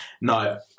No